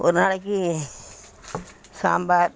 ஒரு நாளைக்கு சாம்பார்